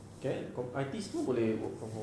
can com~ I_T semua boleh work from home